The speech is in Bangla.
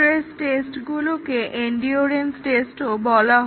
স্ট্রেস টেস্টগুলোকে এনডিওরেনস টেস্টিংও বলা হয়